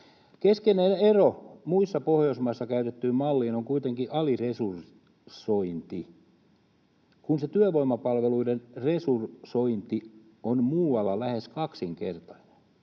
Keskeinen ero muissa pohjoismaissa käytettyyn malliin on kuitenkin aliresursointi, kun työvoimapalveluiden resursointi on muualla lähes kaksinkertainen.